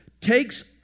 takes